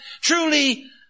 Truly